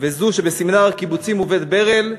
וזו שב"סמינר הקיבוצים" ו"בית-ברל",